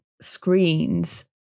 screens